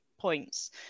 points